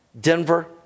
Denver